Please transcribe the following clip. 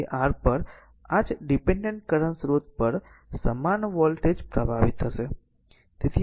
તેથી આ r પર આ જ ડીપેનડેન્ટ કરંટ સ્રોત પર સમાન વોલ્ટેજ પ્રભાવિત થશે